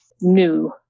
new